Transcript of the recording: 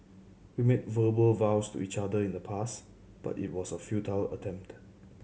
we made verbal vows to each other in the past but it was a futile attempt